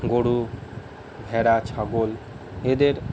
গরু ভেড়া ছাগল এদের